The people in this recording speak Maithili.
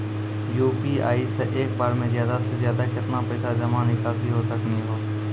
यु.पी.आई से एक बार मे ज्यादा से ज्यादा केतना पैसा जमा निकासी हो सकनी हो?